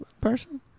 person